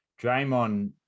draymond